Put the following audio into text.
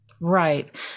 Right